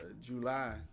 July